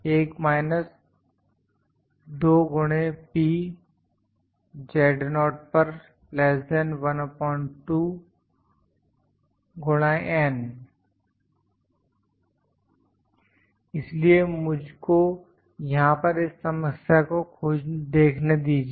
1 2P इसलिए मुझ को यहां पर इस समस्या को देखने दीजिए